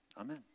Amen